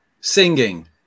Singing